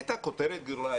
הייתה כותרת גדולה,